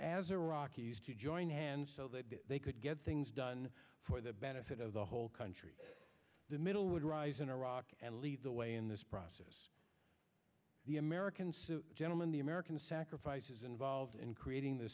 used to join hands so that they could get things done for the benefit of the whole country the middle would rise in iraq and lead the way in this process the americans gentlemen the american sacrifices involved in creating the